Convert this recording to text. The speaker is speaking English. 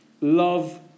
Love